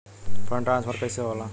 Fund transfer कैसे होला?